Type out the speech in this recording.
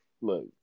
look